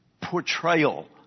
portrayal